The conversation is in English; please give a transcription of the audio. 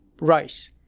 rice